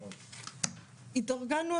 התארגנו,